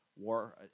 war